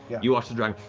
you watch the dragon,